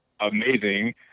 amazing